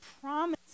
promise